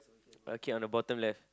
okay on the bottom left